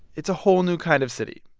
it's a whole new kind of city.